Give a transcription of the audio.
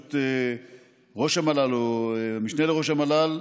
בראשות ראש המל"ל, או המשנה לראש המל"ל.